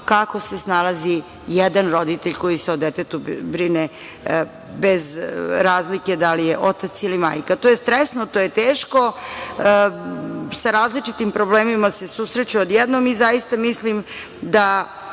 kako se snalazi jedan roditelj koji se o detetu brine, bez razlike da li je otac ili majka. To je stresno, to je teško. Sa različitim problemima se susreću odjednom i zaista mislim da